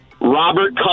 Robert